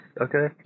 okay